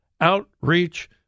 Outreach